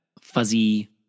fuzzy